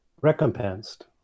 recompensed